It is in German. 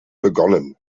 begonnen